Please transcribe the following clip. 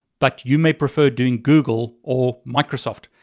but you may prefer doing google, or microsoft.